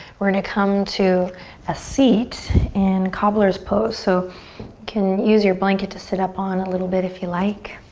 we're gonna come to a seat in cobbler's pose. so you can use your blanket to sit up on a little bit if you like.